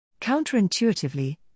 Counterintuitively